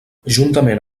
juntament